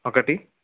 ఒకటి